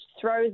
throws